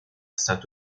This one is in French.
saint